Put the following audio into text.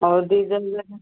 ଓ ଦୁଇ ଜାଗା ଯାକ